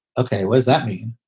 ok. was that mean?